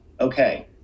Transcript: okay